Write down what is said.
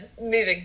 moving